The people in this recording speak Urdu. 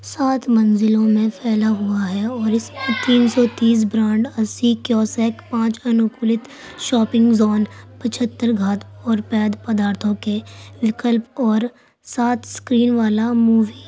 سات منزلوں میں پھیلا ہوا ہے اور اس کی تین سو تیس برانڈ اسی کیوسک پانچ انوکولت شاپنگ زون پچھتر گھات اور پید پدارتھوں کے وکلپ اور سات اسکرین والا مووی